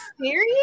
serious